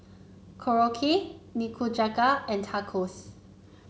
Korokke Nikujaga and Tacos